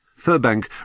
Furbank